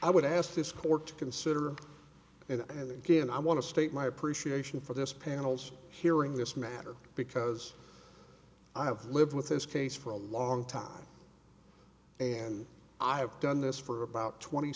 i would ask this court to consider and again i want to state my appreciation for this panel's hearing this matter because i have lived with this case for a long time and i have done this for about twenty